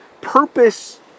purpose